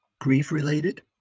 grief-related